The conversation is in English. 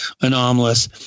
anomalous